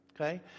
Okay